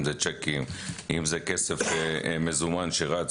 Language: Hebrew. אם זה צ'קים אם זה כסף מזומן שרץ,